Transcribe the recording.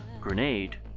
grenade